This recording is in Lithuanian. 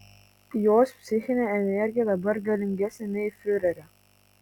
jos psichinė energija dabar galingesnė nei fiurerio